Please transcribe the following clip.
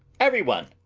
everyone!